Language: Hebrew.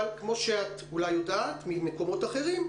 אבל כמו שאת יודעת אולי ממקומות אחרים,